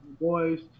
boys